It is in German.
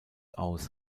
aus